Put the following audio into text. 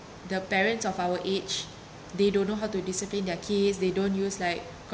the parents of our age they don't know how to discipline their kids they don't use like